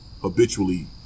habitually